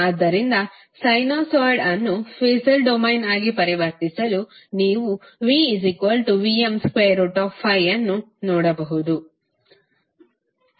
ಆದ್ದರಿಂದ ಸೈನುಸಾಯ್ಡ್ ಅನ್ನು phasor domain ಆಗಿ ಪರಿವರ್ತಿಸಲು ನೀವು VVm∠∅ಅನ್ನು ನೋಡಬಹುದು